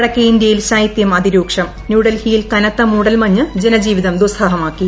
വടക്കേ ഇന്ത്യയിൽശൈതൃംഅതിരൂക്ഷം ന്യൂഡൽഹിയിൽ കനത്ത മൂടൽമഞ്ഞ് ജനജീവിതംദുസ്സഹമാക്കി